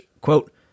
quote